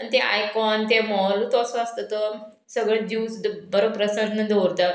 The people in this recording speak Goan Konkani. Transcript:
आनी तें आयकोन तें मोहलूत असो आसता तो सगळें जीव सुद्दां बरो प्रसन्न दवरता